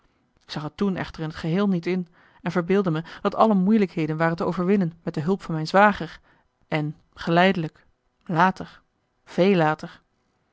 ik zag t toen echter in t geheel niet in en verbeeldde me dat alle moeilijkheden waren te overwinnen met de hulp van mijn zwager en geleidelijk later veel later